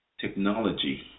technology